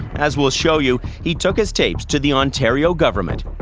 as we'll show you, he took his tapes to the ontario government,